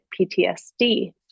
PTSD